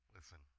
Listen